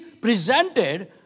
presented